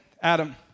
Adam